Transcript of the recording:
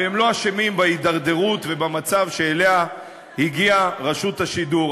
והם לא אשמים בהידרדרות ובמצב שאליו הגיעה רשות השידור.